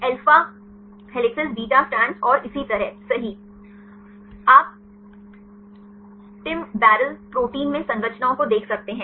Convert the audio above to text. alpha helices beta strands और इसी तरह सही आप TIM बैरल प्रोटीन में संरचनाओं को देख सकते हैं